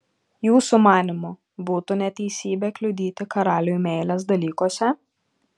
jūsų manymu būtų neteisybė kliudyti karaliui meilės dalykuose